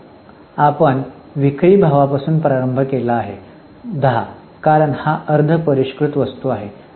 तर आपण विक्री भावापासून प्रारंभ केला आहे 10 कारण हा अर्ध परिष्कृत वस्तू आहे